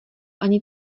ani